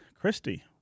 Christy